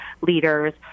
leader's